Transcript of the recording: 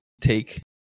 take